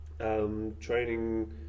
Training